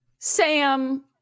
Sam